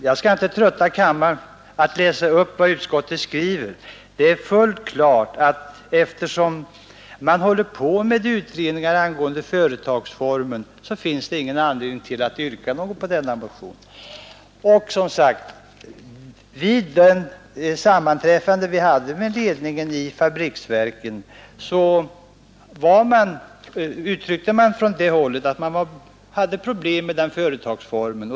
Jag skall inte trötta kammarens ledamöter med att läsa upp vad utskottet skriver. Det är uppenbart att eftersom utredning pågår om en annan företagsform finns ingen anledning att yrka bifall till motionen. Vid det sammanträffande som ägde rum med ledningen för fabriksverken framhöll man att det fanns problem med företagsformen.